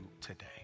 today